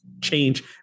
change